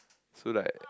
so like